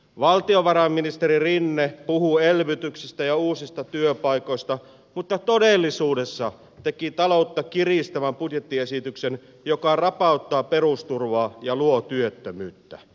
valtiovarainministeri rinne puhuu elvytyksestä ja uusista työpaikoista mutta todellisuudessa teki taloutta kiristävän budjettiesityksen joka rapauttaa perusturvaa ja luo työttömyyttä